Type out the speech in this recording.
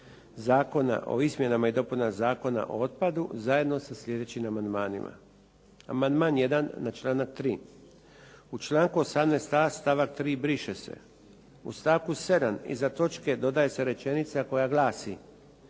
Zakona o izmjenama i dopunama Zakona o otpadu zajedno sa sljedećim amandmanima. Amandman 1. na članak 3: U članku 18.a stavak 3. briše se, u stavku 7. iza točke dodaje se rečenica koja glasi: